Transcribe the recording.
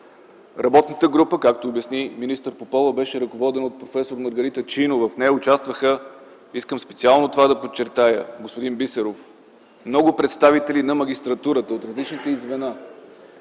Работната група, както обясни министър Попова, беше ръководена от проф. Маргарита Чинова. В нея участваха, искам специално да подчертая, господин Бисеров, много представители на магистратурата от различните й звена,